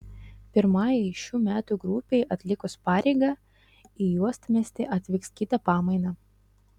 pirmajai šių metų grupei atlikus pareigą į uostamiestį atvyks kita pamaina